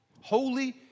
Holy